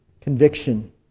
conviction